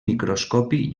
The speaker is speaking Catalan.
microscopi